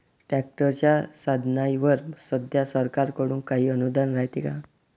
ट्रॅक्टरच्या साधनाईवर सध्या सरकार कडून काही अनुदान रायते का?